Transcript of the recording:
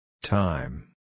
Time